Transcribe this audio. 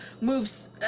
moves